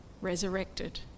resurrected